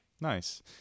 Nice